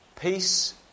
Peace